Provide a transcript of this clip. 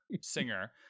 singer